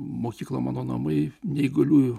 mokykla mano namai neįgaliųjų